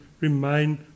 remain